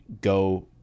go